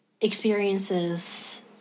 experiences